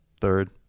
third